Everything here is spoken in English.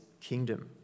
kingdom